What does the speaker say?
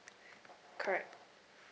correct